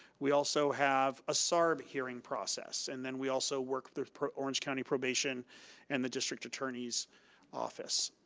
we also have a sarb hearing process, and then we also work the orange county probation and the district attorneys office.